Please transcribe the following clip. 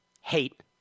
hate